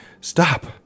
stop